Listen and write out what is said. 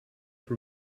have